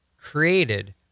created